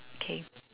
okay